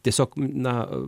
tiesiog na